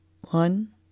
One